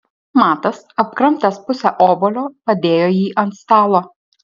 matas apkramtęs pusę obuolio padėjo jį ant stalo